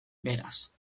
beraz